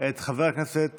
את חבר הכנסת